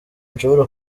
nshobora